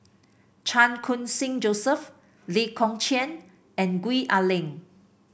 Chan Khun Sing Joseph Lee Kong Chian and Gwee Ah Leng